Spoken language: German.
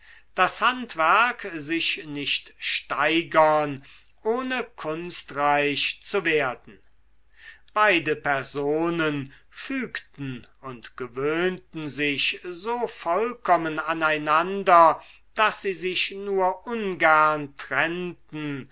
das handwerk sich nicht steigern ohne kunstreich zu werden beide personen fügten und gewöhnten sich so vollkommen aneinander daß sie sich nur ungern trennten